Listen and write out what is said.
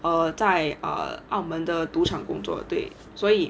err 在澳门的赌场工作对所以